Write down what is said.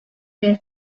bir